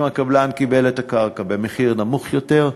אם הקבלן קיבל את הקרקע במחיר נמוך יותר,